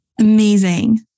amazing